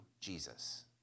Jesus